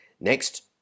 next